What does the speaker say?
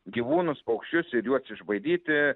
gyvūnus paukščius ir juos išbaidyti